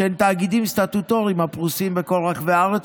שהן תאגידים סטטוטוריים הפרוסים בכל רחבי הארץ,